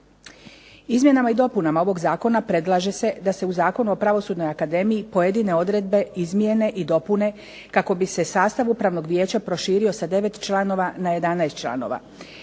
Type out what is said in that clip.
Izmjenama i dopunama ovog Zakona predlaže se da se u Zakonu o Pravosudnoj akademiji pojedine odredbe izmijene i dopune kako bi se sastav Upravnog vijeća proširio sa 9 članova na 11 članova.